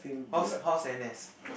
how's how's N_S